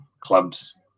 clubs